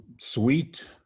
sweet